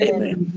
Amen